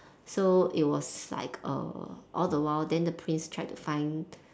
so it was like err all the while then the prince tried to find